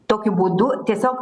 tokiu būdu tiesiog